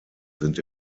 sind